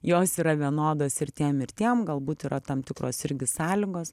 jos yra vienodos ir tiem ir tiem galbūt yra tam tikros irgi sąlygos